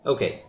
Okay